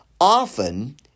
often